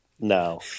No